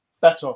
better